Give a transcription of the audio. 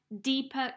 deeper